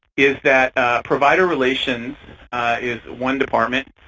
is that provider relations is one department.